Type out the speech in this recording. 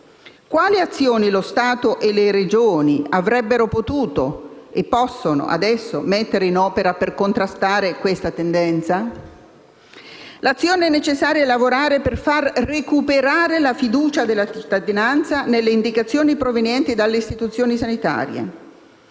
quali azioni lo Stato e le Regioni avrebbero potuto e possono adesso mettere in opera per contrastare questa tendenza? L'azione necessaria è lavorare per far recuperare la fiducia della cittadinanza nelle indicazioni provenienti dalle istituzioni sanitarie.